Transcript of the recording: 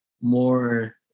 more